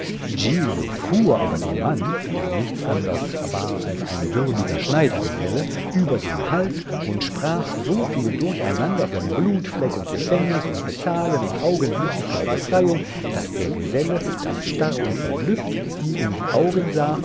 fuhr aber dem mann der nichts anders war als ein sehr würdiger schneidergeselle über den hals und sprach so viel durcheinander von blutfleck und gefängnis und bezahlen und augenblicklicher befreiung daß der geselle ganz starr und verblüfft ihm in die augen sah